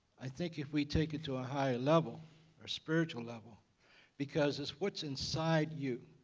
i think if we take it to a higher level or spiritual level because it's what's inside you